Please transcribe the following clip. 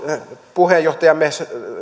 puheenjohtajamme